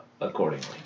accordingly